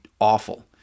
awful